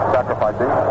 sacrificing